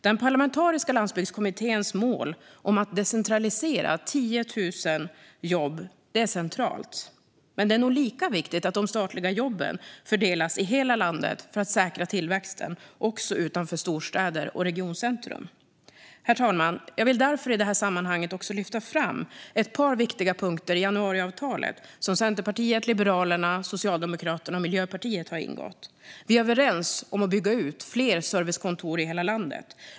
Den parlamentariska landsbygdskommitténs mål att decentralisera 10 000 jobb är centralt, men det är nog lika viktigt att de statliga jobben fördelas i hela landet för att säkra tillväxten också utanför storstäder och regioncentrum. Herr talman! Jag vill därför i detta sammanhang lyfta fram ett par viktiga punkter i januariavtalet, som Centerpartiet, Liberalerna, Socialdemokraterna och Miljöpartiet har ingått: Vi är överens om att bygga fler servicekontor, i hela landet.